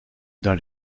dans